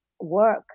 work